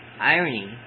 Irony